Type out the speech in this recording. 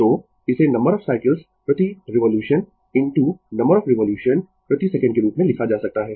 तो इसे number of cycles प्रति revolution into number of revolution प्रति सेकंड के रूप में लिखा जा सकता है